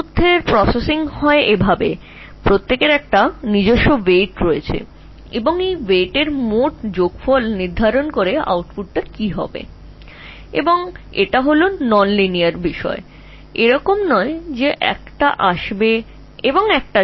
তথ্যের প্রসেসিং এর মতো তাদের প্রত্যেকের ওজন থাকে এবং এই ওজনের যোগফল ঠিক করে যে আউটপুট কী হবে এবং এটি একটি অ রৈখিক জিনিস এমন নয় যে একটি আসে একটি যায় দুটি আসে এবং দুটি যায়